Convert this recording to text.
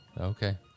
Okay